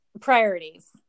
priorities